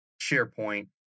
SharePoint